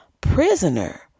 prisoner